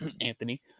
Anthony